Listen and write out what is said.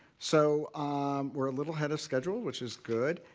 so um we're a little ahead of schedule, which is good,